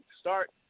start